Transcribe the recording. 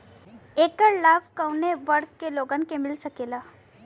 ऐकर लाभ काउने वर्ग के लोगन के मिल सकेला?